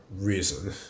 reason